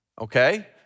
Okay